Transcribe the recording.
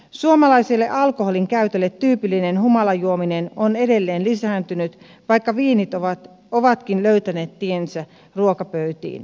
suomalaiselle alkoholinkäytölle tyypillinen humalajuominen on edelleen lisääntynyt vaikka viinit ovatkin löytäneet tiensä ruokapöytiin